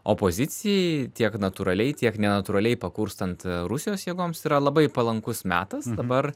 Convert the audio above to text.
opozicijai tiek natūraliai tiek nenatūraliai pakurstant rusijos jėgoms yra labai palankus metas dabar